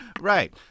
Right